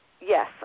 Yes